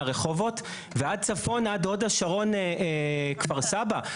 רחובות ועד צפונה הוד השרון כפר סבא.